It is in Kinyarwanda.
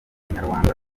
inyarwanda